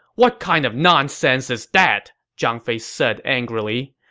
what kind of nonsense is that! zhang fei said angrily.